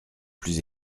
plus